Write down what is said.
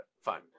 Fine